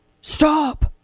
stop